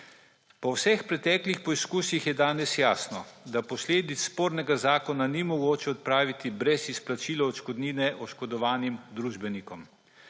Po vseh preteklih poskusih je danes jasno, da posledic spornega zakona ni mogoče odpraviti brez izplačila odškodnine oškodovanim družbenikom.